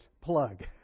plug